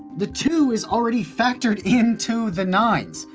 the two is already factored into the nine s.